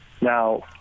Now